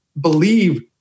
believe